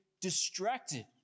distracted